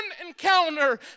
encounter